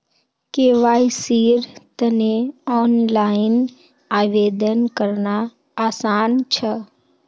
केवाईसीर तने ऑनलाइन आवेदन करना आसान छ